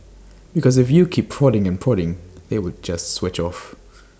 because if you keep prodding and prodding they will just switch off